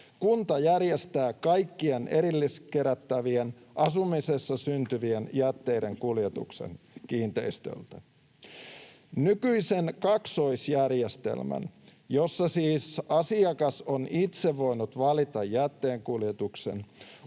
Kunta järjestää kaikkien erilliskerättävien asumisessa syntyvien jätteiden kuljetuksen kiinteistöltä. Nykyisen kaksoisjärjestelmän — jossa siis asiakas on itse voinut valita jätteenkuljetuksen